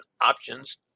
options